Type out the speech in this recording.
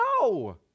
No